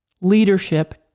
leadership